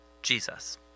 Jesus